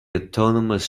autonomous